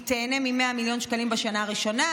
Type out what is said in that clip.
היא תיהנה מ-100 מיליון שקלים בשנה הראשונה,